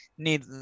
need